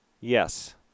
Yes